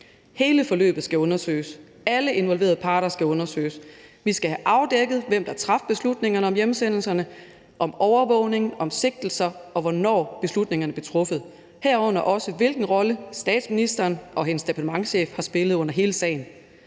Hele forløbet skal undersøges; alle involverede parter skal undersøges. Vi skal have afdækket, hvem der traf beslutningerne om hjemsendelserne, om overvågning, om sigtelser, og hvornår beslutningerne blev truffet, herunder også hvilken rolle statsministeren og hendes departementschef har spillet under hele sagen.